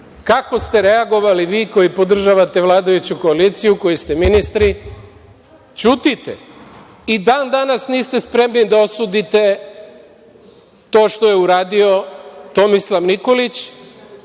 Kako ste reagovali vi koji podržavate vladajuću koaliciju u kojoj ste ministri? Ćutite. I dan-danas niste spremni da osudite to što je uradio Tomislav Nikolić,